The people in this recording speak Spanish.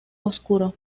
oscuro